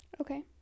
Okay